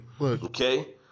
Okay